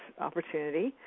opportunity